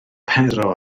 pero